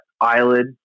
Eyelid